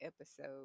episode